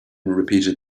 repeated